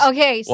Okay